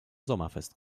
sommerfest